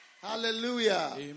Hallelujah